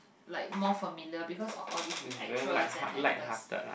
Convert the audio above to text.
like more familiar because of all this actress and actors